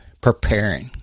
preparing